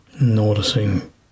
Noticing